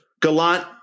Gallant